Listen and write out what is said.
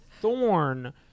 thorn